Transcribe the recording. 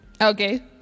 Okay